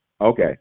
Okay